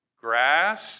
grass